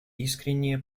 искренние